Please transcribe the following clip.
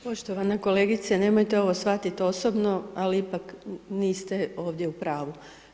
Poštovana kolegice, nemojte ovo shvatit osobno, ali ipak niste ovdje u pravu.